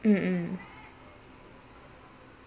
mm mm